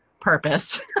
purpose